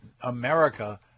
America